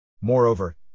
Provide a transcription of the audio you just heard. Moreover